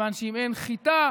מכיוון שאם אין חיטה,